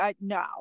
No